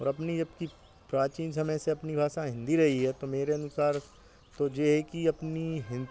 और अपनी जबकि प्राचीन समय से अपनी भाषा हिन्दी रही है तो मेरे अनुसार तो जो है कि अपनी